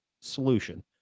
solution